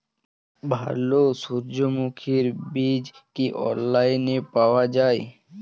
ভালো সূর্যমুখির বীজ কি অনলাইনে পাওয়া যায়?